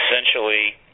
essentially